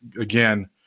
Again